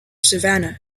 savannah